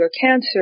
cancer